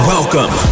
Welcome